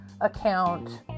account